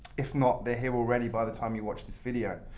if not, they're here already by the time you watch this video.